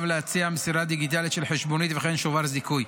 להציע מסירה דיגיטלית של חשבונית וכן שובר זיכוי.